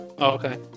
okay